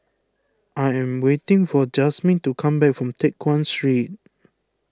I am waiting for Jasmin to come back from Teck Guan Street